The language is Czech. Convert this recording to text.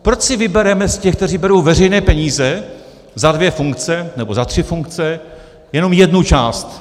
Proč si vybereme z těch, kteří berou veřejné peníze za dvě funkce, nebo za tři funkce, jenom jednu část.